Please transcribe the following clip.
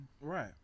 Right